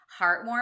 heartwarming